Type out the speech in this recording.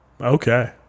Okay